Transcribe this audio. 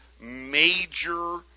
major